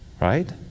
Right